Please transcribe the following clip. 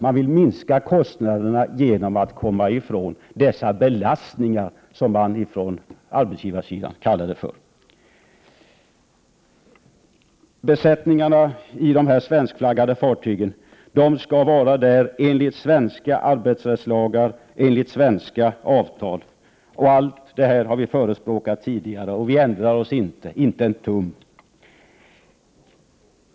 Man vill minska kostnaderna genom att komma ifrån dessa belastningar, som man från arbetsgivarsidan kallar det. Besättningarna på svenskflaggade fartyg skall lyda under svenska arbetsrättslagar och arbeta enligt svenska avtal. Allt detta har vi förespråkat tidigare. Vi ändrar oss inte, inte en tum.